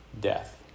Death